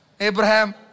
Abraham